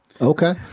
Okay